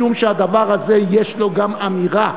משום שלדבר הזה יש גם אמירה.